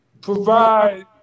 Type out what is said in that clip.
provide